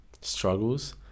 struggles